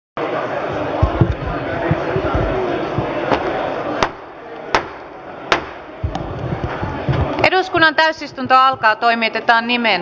hyvät edustajat